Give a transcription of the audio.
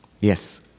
Yes